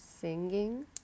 singing